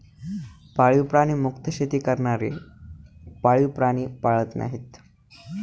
पाळीव प्राणी मुक्त शेती करणारे पाळीव प्राणी पाळत नाहीत